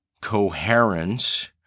coherence